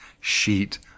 sheet